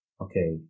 okay